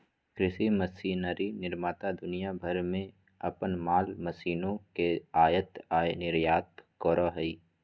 कृषि मशीनरी निर्माता दुनिया भर में अपन माल मशीनों के आयात आऊ निर्यात करो हइ